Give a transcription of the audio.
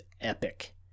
epic